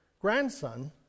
grandson